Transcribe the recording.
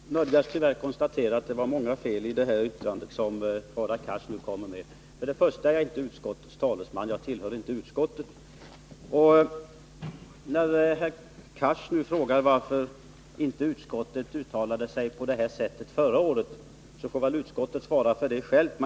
Herr talman! Jag måste tyvärr konstatera att det var många fel i Hadar Cars anförande. Först vill jag säga att jag inte är utskottets talesman. Jag tillhör inte utskottet. På Hadar Cars fråga varför inte utskottet uttalade sig på detta sätt förra året får väl utskottsrepresentanterna svara själva.